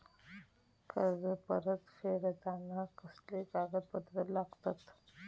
कर्ज परत फेडताना कसले कागदपत्र लागतत?